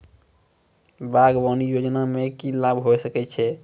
बागवानी योजना मे की लाभ होय सके छै?